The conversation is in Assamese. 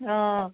অ